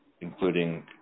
including